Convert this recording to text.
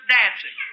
dancing